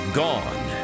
gone